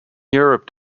europe